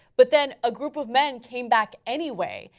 but then a group of men came back anyway,